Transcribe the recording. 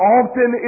often